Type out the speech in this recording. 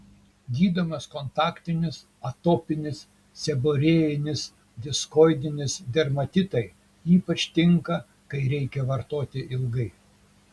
gydomas kontaktinis atopinis seborėjinis diskoidinis dermatitai ypač tinka kai reikia vartoti ilgai